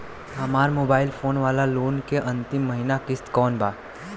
हमार mobile phone वाला loan के अंतिम महिना किश्त कौन बा?